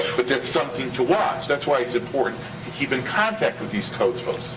but that's something to watch. that's why it's important to keep in contact with these codes folks.